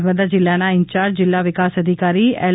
નર્મદા જીલ્લાના ઇન્યાર્જ જીલ્લા વિકાસ ધિકારી એલ